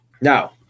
Now